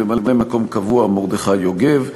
ממלא-מקום קבוע, חבר הכנסת מרדכי יוגב.